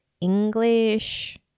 english